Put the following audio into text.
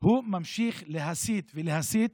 הוא ממשיך להסית ולהסית,